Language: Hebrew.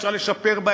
אפשר לשפר בה,